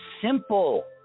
simple